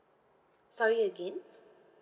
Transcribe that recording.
sorry again